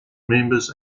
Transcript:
members